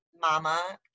mama